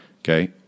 Okay